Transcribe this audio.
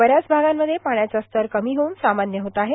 बऱ्याच भागांमध्ये पाण्याचा स्तर कमी होऊन सामान्य होत आहे